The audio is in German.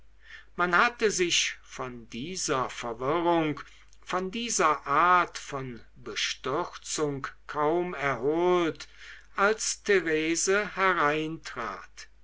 man hatte sich von dieser verwirrung von dieser art von bestürzung kaum erholt als therese hereintrat